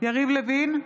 יריב לוין,